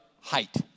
height